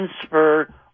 transfer